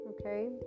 okay